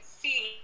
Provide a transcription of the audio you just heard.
see